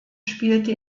spielte